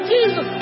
Jesus